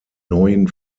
neuen